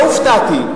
לא הופתעתי,